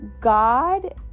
God